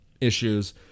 issues